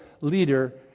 leader